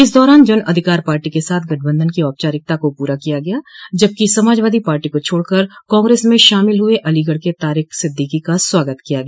इस दौरान जन अधिकार पार्टो के साथ गठबंधन की औपचारिकता को पूरा किया गया जबकि समाजवादी पार्टी को छोड़कर कांग्रेस में शामिल हुए अलीगढ़ के तारिक सिद्दिकी का स्वागत किया गया